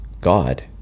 God